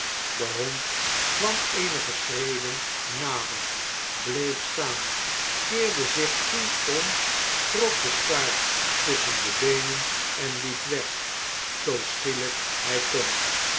de hond kwam eenige schreden nader bleef staan keerde zich toen om trok den staart tusschen de beenen en iiep weg zoo schielijk hij kon